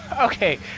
okay